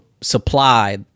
supply